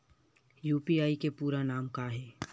UPI के पूरा नाम का ये?